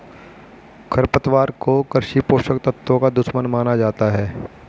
खरपतवार को कृषि पोषक तत्वों का दुश्मन माना जाता है